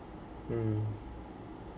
mm